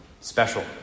Special